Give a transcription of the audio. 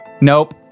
nope